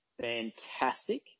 fantastic